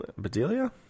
Bedelia